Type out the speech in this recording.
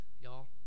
y'all